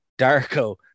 Darko